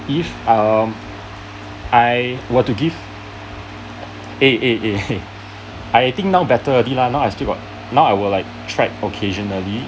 if err I were to give eh eh eh I think now better already lah now I still got now I will like track occasionally